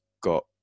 got